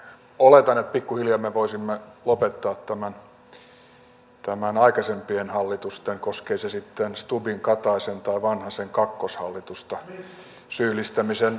oletan että pikkuhiljaa me voisimme lopettaa tämän aikaisempien hallitusten koskee se sitten stubbin tai kataisen hallitusta tai vanhasen kakkoshallitusta syyllistämisen